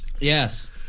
Yes